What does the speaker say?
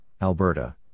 Alberta